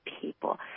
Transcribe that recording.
people